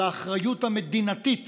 על האחריות המדינתית